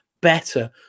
better